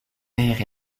terre